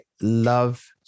love